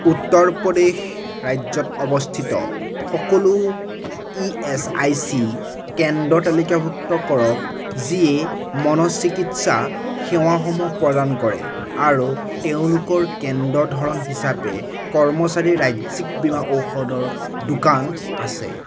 উত্তৰ প্ৰদেশ ৰাজ্যত অৱস্থিত সকলো ই এচ আই চি কেন্দ্ৰ তালিকাভুক্ত কৰক যিয়ে মনঃচিকিৎসা সেৱাসমূহ প্ৰদান কৰে আৰু তেওঁলোকৰ কেন্দ্ৰৰ ধৰণ হিচাপে কৰ্মচাৰীৰ ৰাজ্যিক বীমা ঔষধৰ দোকান আছে